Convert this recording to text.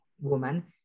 woman